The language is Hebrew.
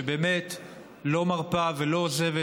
שבאמת לא מרפה ולא עוזבת,